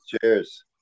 cheers